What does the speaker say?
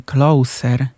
Closer